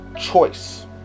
choice